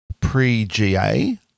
pre-GA